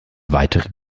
weitere